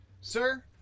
Sir